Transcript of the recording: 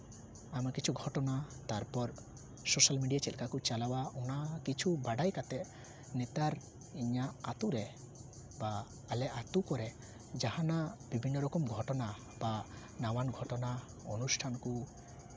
ᱟᱭᱢᱟ ᱠᱤᱪᱷᱩ ᱜᱷᱚᱴᱚᱱᱟ ᱛᱟᱨᱯᱚᱨ ᱥᱳᱥᱟᱞ ᱢᱤᱰᱤᱭᱟ ᱪᱮᱫ ᱞᱮᱠᱟ ᱠᱚ ᱪᱟᱞᱟᱣᱟ ᱚᱱᱟ ᱠᱤᱪᱷᱩ ᱵᱟᱰᱟᱭ ᱠᱟᱛᱮᱫ ᱱᱮᱛᱟᱨ ᱤᱧᱟ ᱜ ᱟᱛᱳ ᱨᱮ ᱵᱟ ᱟᱞᱮ ᱟᱛᱳ ᱠᱚᱨᱮ ᱡᱟᱦᱟᱸ ᱱᱟᱜ ᱵᱤᱵᱷᱤᱱᱱᱚ ᱨᱚᱠᱚᱢ ᱜᱷᱚᱴᱚᱱᱟ ᱵᱟ ᱱᱟᱣᱟᱱ ᱜᱷᱚᱴᱚᱱᱟ ᱚᱱᱩᱥᱴᱷᱟᱱ ᱠᱚ